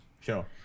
Sure